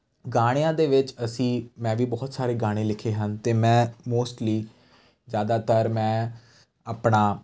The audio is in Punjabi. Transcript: ਗਾਣਿਆਂ ਦੇ ਵਿੱਚ ਅਸੀਂ ਮੈਂ ਵੀ ਬਹੁਤ ਸਾਰੇ ਗਾਣੇ ਲਿਖੇ ਹਨ ਅਤੇ ਮੈਂ ਮੋਸਟਲੀ ਜ਼ਿਆਦਾਤਰ ਮੈਂ ਆਪਣਾ